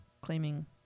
claiming